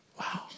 Wow